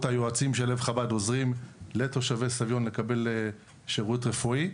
היועצים של לב חב"ד עוזרים לתושבי סביון לקבל שירות רפואי,